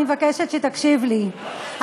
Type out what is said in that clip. אני מבקשת שתקשיב לי,